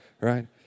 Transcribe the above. right